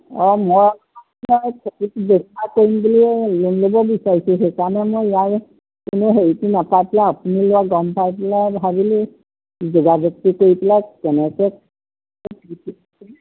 অঁ মই লোন ল'ব বিচাৰিছোঁ সেইকাৰণে মই ইয়াৰ হেৰিটো নেপাই পেলাই আপুনি লোৱা গম পাই পেলাই ভাবিলোঁ যোগাযোগটো কৰি পেলাই কেনেকৈ